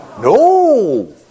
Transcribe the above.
No